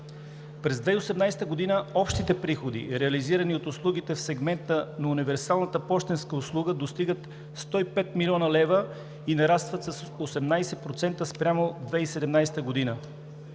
През 2018 г. общите приходи, реализирани от услугите в сегмента на универсалната пощенска услуга, достигат 105 млн. лв. и нарастват с 18% спрямо 2017 г.,